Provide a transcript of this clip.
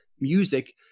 music